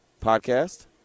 podcast